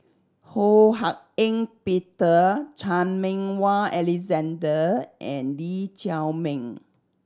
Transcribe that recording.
Ho Hak Ean Peter Chan Meng Wah Alexander and Lee Chiaw Meng